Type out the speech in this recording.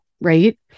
Right